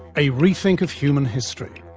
a rethink of human history.